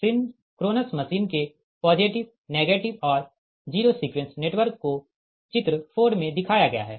तो synchronous machine के positive negative और जीरो सीक्वेंस नेटवर्क को चित्र 4 में दिखाया गया है